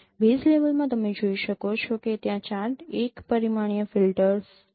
base level માં તમે જોઈ શકો છો કે ત્યાં ૪ એક પરિમાણીય ફિલ્ટર્સ છે